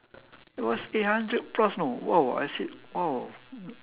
it was eight hundred plus you know !wow! I said !wow!